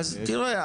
אז תראה,